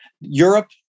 Europe